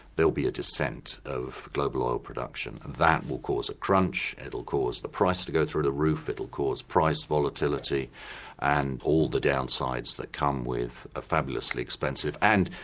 there will be a descent of global oil production. that will cause a crunch, it will cause the price to go through the roof, it will cause price volatility and all the downsides that come with a fabulously expensive and,